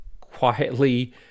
quietly